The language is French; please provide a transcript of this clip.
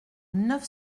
neuf